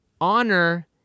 honor